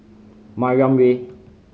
Mariam Way